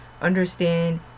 Understand